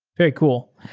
very cool.